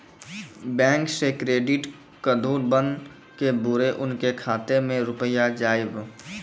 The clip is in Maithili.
बैंक से क्रेडिट कद्दू बन के बुरे उनके खाता मे रुपिया जाएब?